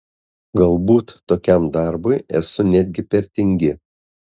galbūt tokiam darbui esu netgi per tingi